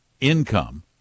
income